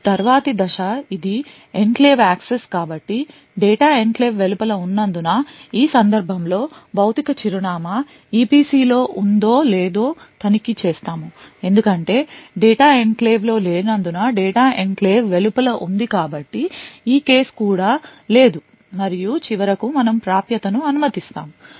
ఇప్పుడు తరువాతి దశ ఇది ఎన్క్లేవ్ యాక్సెస్ కాబట్టి డేటా ఎన్క్లేవ్ వెలుపల ఉన్నందున ఈ సందర్భంలో భౌతిక చిరునామా EPC లో ఉందో లేదో తనిఖీ చేస్తాము ఎందుకంటే డేటా ఎన్క్లేవ్లో లేనందున డేటా ఎన్క్లేవ్ వెలుపల ఉంది కాబట్టి ఈ కేసు కూడా లేదు మరియు చివరకు మనము ప్రాప్యతను అనుమతిస్తాము